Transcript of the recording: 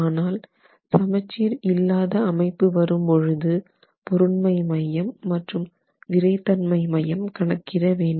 ஆனால் சமச்சீர் இல்லாத அமைப்பு வரும்பொழுது பொருண்மை மையம் மற்றும் விறைத்தன்மை மையம் கணக்கிட வேண்டும்